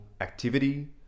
activity